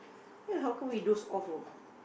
eh how come we doze off